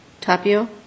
Tapio